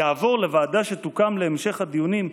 יעבור לוועדה שתוקם להמשך הדיונים,